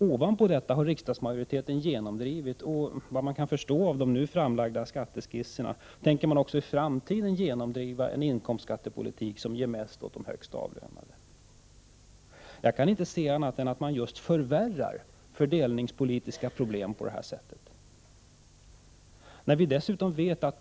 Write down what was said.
Ovanpå detta har riksdagsmajoriteten genomdrivit — och tänker i framtiden tydligen av de framlagda skatteskisserna att döma genomdriva — en inkomstskattepolitik som ger mest åt de högst avlönade. Jag kan inte se annat än att man faktiskt förvärrar de fördelningspolitiska problemen på detta sätt.